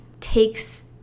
takes